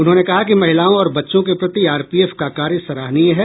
उन्होंने कहा कि महिलाओं और बच्चों के प्रति आरपीएफ का कार्य सराहनीय है